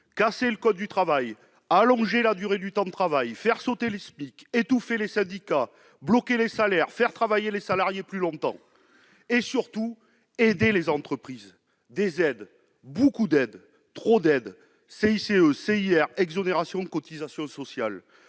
casser le code du travail, allonger la durée du temps de travail, faire sauter le SMIC, étouffer les syndicats, bloquer les salaires, faire travailler les salariés plus longtemps et, surtout, aider les entreprises. Et les salariés ! Des aides, beaucoup d'aides, trop d'aides : crédit d'impôt pour la